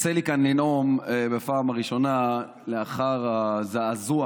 יוצא לי כאן לנאום בפעם הראשונה לאחר הזעזוע